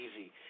easy